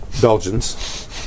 Belgians